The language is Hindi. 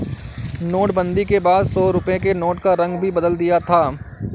नोटबंदी के बाद सौ रुपए के नोट का रंग भी बदल दिया था